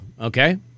Okay